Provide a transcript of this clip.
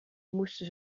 moesten